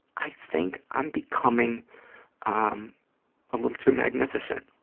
i think i'm becoming um a little too magnificent,